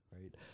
right